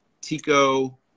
Tico